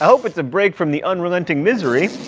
i hope it's a break from the unrelenting misery.